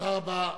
תודה רבה.